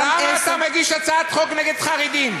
גם עשר, למה אתה מגיש הצעת חוק נגד חרדים?